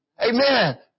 Amen